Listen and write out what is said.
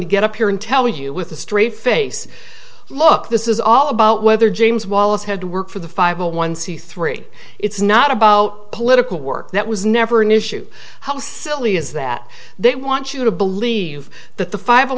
to get up here and tell you with a straight face look this is all about whether james wallace had worked for the five a one c three it's not about political work that was never an issue how silly is that they want you to believe that the five